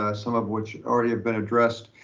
ah some of which already have been addressed.